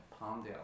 Palmdale